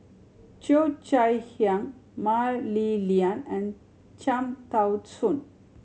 Cheo Chai Hiang Mah Li Lian and Cham Tao Soon